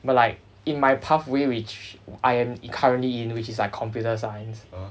but like in my pathway which I am currently in which is like computer science